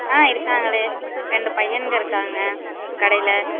ஆ இருக்காங்களே ரெண்டு பையனுங்க இருக்காங்க கடையில்